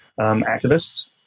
activists